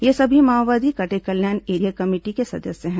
ये सभी माओवादी कटेकल्याण एरिया कमेटी के सदस्य हैं